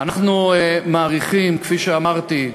אנחנו מעריכים, כפי שאמרתי,